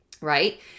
right